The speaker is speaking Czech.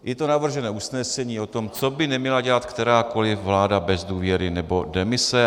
I to navržené usnesení o tom, co by neměla dělat kterákoliv vláda bez důvěry nebo v demisi.